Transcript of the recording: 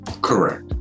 Correct